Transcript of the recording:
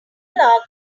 are